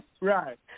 Right